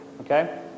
Okay